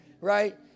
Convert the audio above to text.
right